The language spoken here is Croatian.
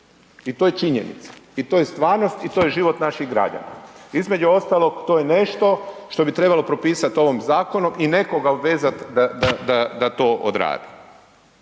I to je činjenica i to je stvarnost i to je život naših građana. Između ostalog to je nešto što bi trebalo propisati ovim zakonom i nekoga obvezati da to odradi.